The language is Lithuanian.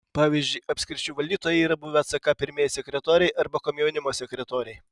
pavyzdžiui apskričių valdytojai yra buvę ck pirmieji sekretoriai arba komjaunimo sekretoriai